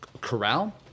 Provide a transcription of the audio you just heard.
corral